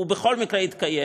הוא בכל מקרה יתקיים,